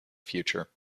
future